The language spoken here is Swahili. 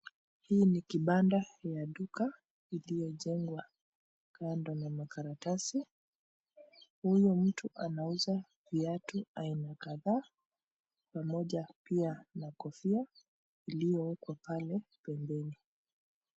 Hii ni kibanda ya duka, iliyojengwa kando na makaratasi. Huyu mtu anauza viatu aina kadhaa, pamoja pia na kofia, iliyowekwa pale pembeni.